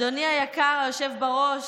אדוני היקר היושב-ראש,